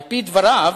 על-פי דבריו,